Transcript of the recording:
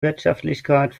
wirtschaftlichkeit